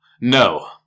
No